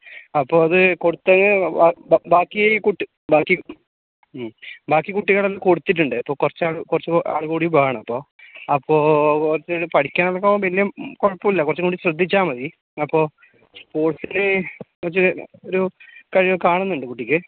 അപ്പോൾ അത് കൊടുത്തങ്ങ് ബാക്കി കുട്ടി ബാക്കി കുട്ടികളെ കൊടുത്തിട്ടുണ്ട് കുറച്ചു ആളുകൂടി വേണം അപ്പോൾ അപ്പോൾ പഠിക്കാനൊക്കെ അവൻ വലിയ കുഴപ്പമില്ല കുറച്ചും കൂടി ശ്രദ്ധിച്ചാൽ മതി അപ്പോൾ സ്പോർട്സിൽ കുറച്ച് ഒരു കഴിവ് കാണുന്നുണ്ട് കുട്ടിക്ക്